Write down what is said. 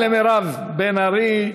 תודה למירב בן ארי.